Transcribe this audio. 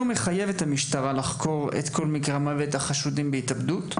מחייב את המשטרה לחקור את כל מקרי המוות החשודים בהתאבדות,